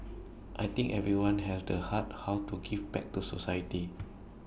I think everyone has the heart how to give back to society